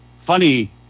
funny